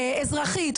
אזרחית,